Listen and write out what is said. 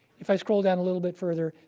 if i scroll down a little bit further,